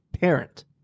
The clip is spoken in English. parent